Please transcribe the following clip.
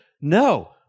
no